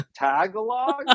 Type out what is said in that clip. Tagalog